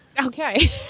Okay